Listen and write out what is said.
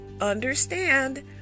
understand